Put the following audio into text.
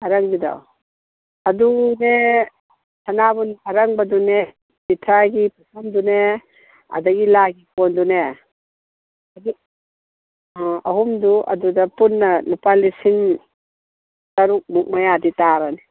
ꯑꯔꯪꯕꯤꯗꯣ ꯑꯗꯨꯅꯦ ꯁꯅꯥꯕꯨꯟ ꯑꯔꯪꯕꯗꯨꯅꯦ ꯄꯤꯊ꯭ꯔꯥꯏꯒꯤ ꯄꯨꯈꯝꯗꯨꯅꯦ ꯑꯗꯒꯤ ꯂꯥꯏꯒꯤ ꯀꯣꯟꯗꯨꯅꯦ ꯑꯗꯨ ꯑꯥ ꯑꯍꯨꯝꯗꯨ ꯑꯗꯨꯗ ꯄꯨꯟꯅ ꯂꯨꯄꯥ ꯂꯤꯁꯤꯡ ꯇꯔꯨꯛꯃꯨꯛ ꯃꯌꯥꯗꯤ ꯇꯥꯔꯅꯤ